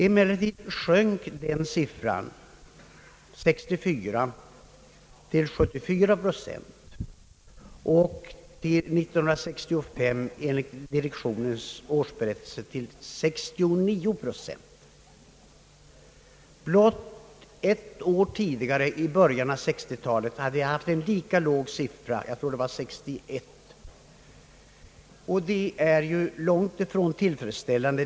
Emellertid sjönk denna siffra 1964 till 74 procent och 1965, enligt direktionens årsberättelse, till 69 procent. Blott ett år tidigare, i början av 1960 talet — jag tror det var 1961 — hade vi haft en lika låg beläggningssiffra. Detta är ju långt ifrån tillfredsställande.